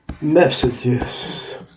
messages